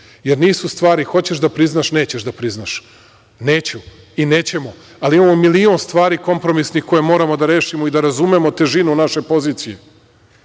jer nisu stvari – hoćeš da priznaš, nećeš da priznaš. Neću i nećemo, ali imamo milion stvari kompromisnih koje moramo da rešimo i da razumemo težinu naše pozicije,